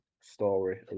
story